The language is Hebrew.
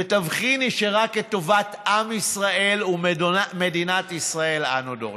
ותבחיני שרק את טובת עם ישראל ומדינת ישראל אנו דורשים.